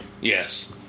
Yes